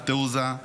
התעוזה,